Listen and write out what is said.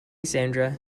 sandra